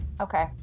Okay